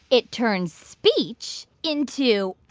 it turns speech into.